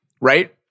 right